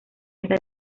está